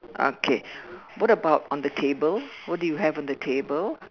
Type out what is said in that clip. okay what about on the table what do you have on the table